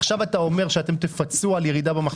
עכשיו אתה אומר שתפצו על ירידה במחזורים?